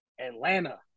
Atlanta